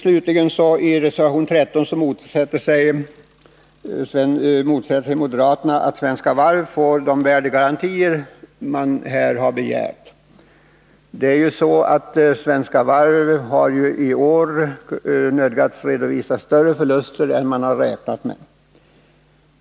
Slutligen: I reservation 13 motsätter sig moderaterna att Svenska Varv får de värdegarantier man här har begärt. Svenska Varv har ju i år nödgats 53 redovisa större förluster än man räknat med.